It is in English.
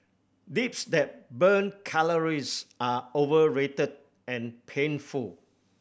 dips that burn calories are overrated and painful